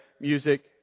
music